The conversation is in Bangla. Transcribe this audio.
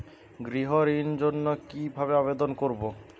গৃহ ঋণ জন্য কি ভাবে আবেদন করব?